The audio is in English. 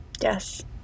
yes